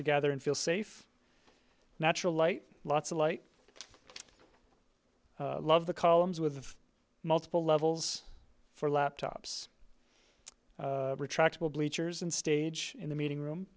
gather and feel safe natural light lots of light love the columns with multiple levels for laptops retractable bleachers and stage in the meeting room